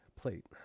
plate